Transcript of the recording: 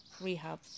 rehab